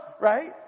right